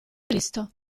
cristo